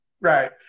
Right